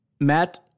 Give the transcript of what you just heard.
Matt